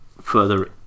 Further